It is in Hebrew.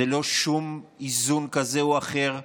זה לא שום איזון כזה או אחר,